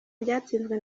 byatsinzwe